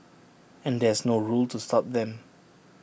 and there's no rule to stop them